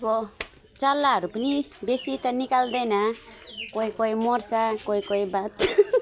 अब चल्लाहरू पनि बेसी त निकाल्दैन कोही कोही मर्छ कोही कोही